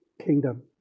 kingdom